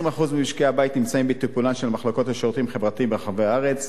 20% ממשקי-הבית נמצאים בטיפולן של המחלקות לשירותים חברתיים ברחבי הארץ.